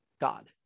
God